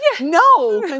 no